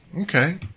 okay